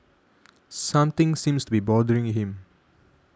something seems to be bothering him